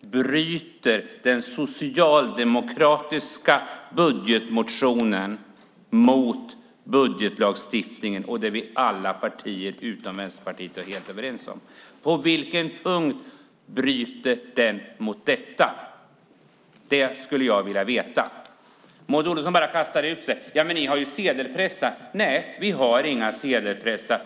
bryter den socialdemokratiska budgetmotionen mot budgetlagstiftningen och det som alla partier utom Vänsterpartiet är helt överens om? Det skulle jag vilja veta. Maud Olofsson kastar bara ur sig: Ni har ju sedelpressar. Nej, vi har inga sedelpressar.